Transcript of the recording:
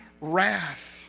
wrath